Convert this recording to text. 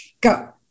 Go